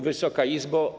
Wysoka Izbo!